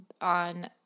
on